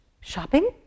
shopping